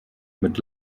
mit